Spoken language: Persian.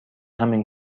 همین